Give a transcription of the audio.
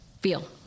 feel